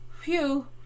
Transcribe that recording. phew